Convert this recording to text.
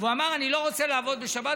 הוא אמר: אני לא רוצה לעבוד בשבת.